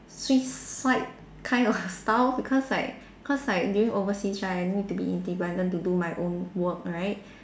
suicide kind of style because like cause like during overseas right I need to be independent to do my own work right